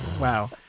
Wow